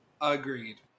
agreed